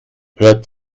hört